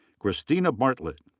christina bartlett.